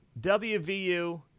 WVU